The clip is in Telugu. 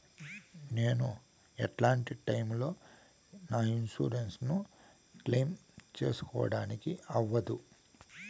నేను ఎట్లాంటి టైములో నా ఇన్సూరెన్సు ను క్లెయిమ్ సేసుకోవడానికి అవ్వదు?